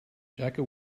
jaka